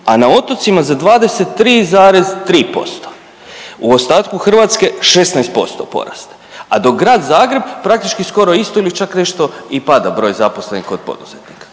a na otocima za 23,3% u ostatku Hrvatske 16% porast, a dok grad Zagreb praktički skoro isto ili čak nešto i pada broj zaposlenih kod poduzetnika.